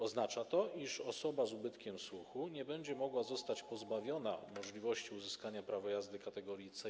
Oznacza to, iż osoba z ubytkiem słuchu nie będzie mogła zostać pozbawiona możliwości uzyskania prawa jazdy kategorii C1